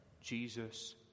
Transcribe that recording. Jesus